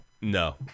No